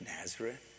Nazareth